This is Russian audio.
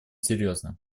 серьезно